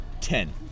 Ten